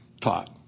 taught